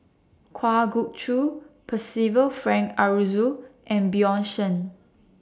Kwa Geok Choo Percival Frank Aroozoo and Bjorn Shen